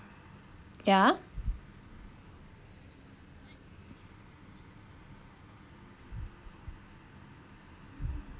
ya